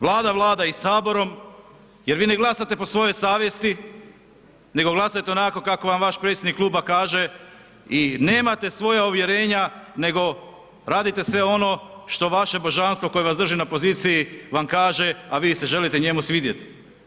Vlada vlada i Saborom jer vi ne glasate po svojoj savjesti nego glasujete onako kako vam vaš predsjednik kluba kaže i nemate svoja uvjerenja nego radite sve ono što važe božanstvo koje vas drži na poziciji vam kaže a vi se želite njemu svidjeti.